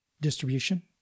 distribution